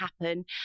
happen